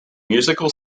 musical